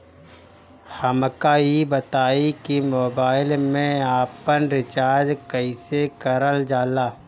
हमका ई बताई कि मोबाईल में आपन रिचार्ज कईसे करल जाला?